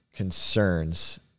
concerns